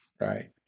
right